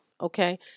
okay